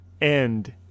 end